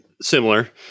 Similar